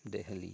Delhi